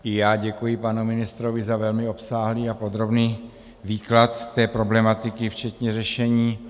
I já děkuji panu ministrovi za velmi obsáhlý a podrobný výklad té problematiky včetně řešení.